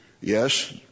Yes